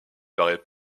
parait